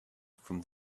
from